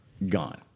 Gone